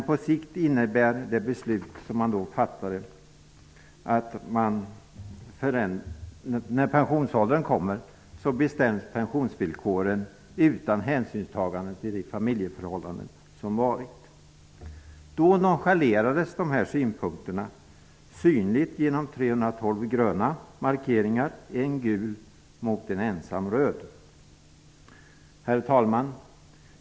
På sikt innebär det beslut som då fattades att när man når pensionsåldern bestäms pensionsvillkoren utan hänsynstagande till de familjeförhållanden som varit. Då nonchalerades dessa synpunkter synligt genom 312 gröna markeringar och en gul mot en ensam röd. Herr talman!